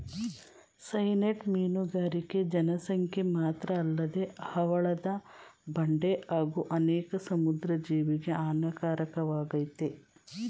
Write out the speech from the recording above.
cyanide ಮೀನುಗಾರಿಕೆ ಜನಸಂಖ್ಯೆ ಮಾತ್ರಅಲ್ಲದೆ ಹವಳದ ಬಂಡೆ ಹಾಗೂ ಅನೇಕ ಸಮುದ್ರ ಜೀವಿಗೆ ಹಾನಿಕಾರಕವಾಗಯ್ತೆ